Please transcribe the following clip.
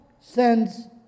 sends